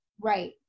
Right